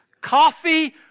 coffee